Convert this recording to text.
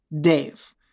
Dave